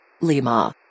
Lima